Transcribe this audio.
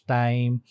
time